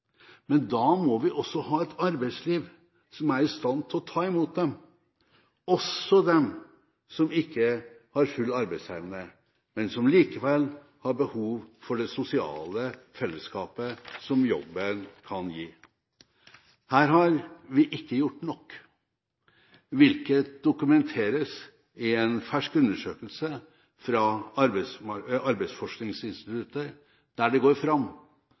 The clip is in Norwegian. Men da må vi også ha et arbeidsliv som er i stand til å ta imot dem – også dem som ikke har full arbeidsevne, men som likevel har behov for det sosiale fellesskapet som jobben kan gi. Her har vi ikke gjort nok, noe som dokumenteres i en fersk undersøkelse fra Arbeidsforskningsinstituttet, der det går fram